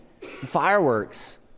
fireworks